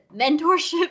mentorship